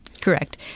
Correct